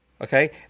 Okay